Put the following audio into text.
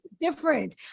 Different